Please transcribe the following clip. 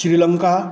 Sri Lanka